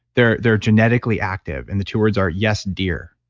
they're they're genetically active and the two words are, yes, dear